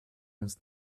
uns